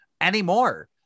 anymore